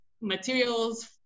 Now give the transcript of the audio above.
materials